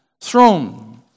throne